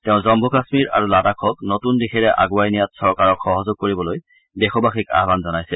তেওঁ জম্মু কাশ্মীৰ আৰু লাডাখক নতুন দিশেৰে আগুৱাই নিয়াত চৰকাৰক সহযোগ কৰিবলৈ দেশবাসীক আহান জনাইছে